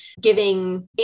giving